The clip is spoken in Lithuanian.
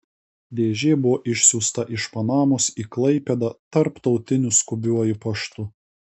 dėžė buvo išsiųsta iš panamos į klaipėdą tarptautiniu skubiuoju paštu